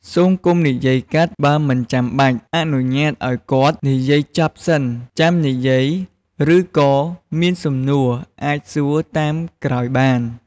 សូមកុំនិយាយកាត់បើមិនចាំបាច់ អនុញ្ញាតឲ្យគាត់និយាយចប់សិនចាំនិយាយឬក៏មានសំណួរអាចសួរតាមក្រោយបាន។